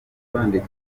bandika